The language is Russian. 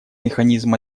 механизм